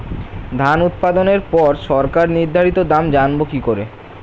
ধান উৎপাদনে পর সরকার নির্ধারিত দাম জানবো কি করে?